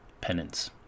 penance